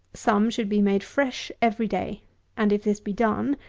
some should be made fresh every day and if this be done,